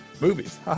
movies